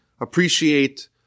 appreciate